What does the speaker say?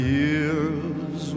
years